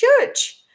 church